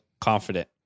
confident